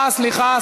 סליחה.